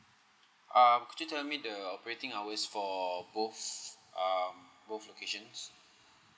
uh could you tell me the operating hours for both uh both locations